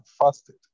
fasted